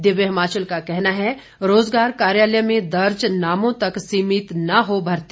दिव्य हिमाचल का कहना है रोजगार कार्यालय में दर्ज नामों तक सीमित न हो भर्ती